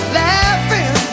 laughing